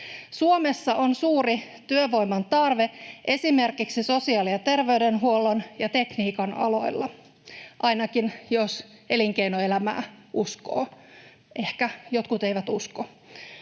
Suomessa on suuri työvoiman tarve esimerkiksi sosiaali- ja terveydenhuollon ja tekniikan aloilla, ainakin jos elinkeinoelämää uskoo — ehkä jotkut eivät usko.